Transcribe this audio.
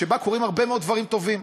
שבה קורים הרבה מאוד דברים טובים,